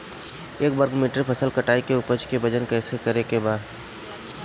एक वर्ग मीटर फसल कटाई के उपज के वजन कैसे करे के बा?